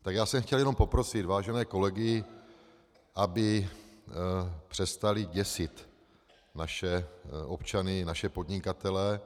Tak já jsem chtěl jenom poprosit vážené kolegy, aby přestali děsit naše občany, naše podnikatele.